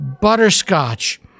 butterscotch